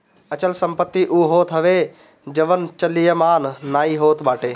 अचल संपत्ति उ होत हवे जवन चलयमान नाइ होत बाटे